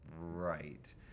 Right